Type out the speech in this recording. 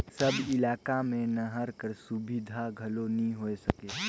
सब इलाका मे नहर कर सुबिधा घलो नी होए सके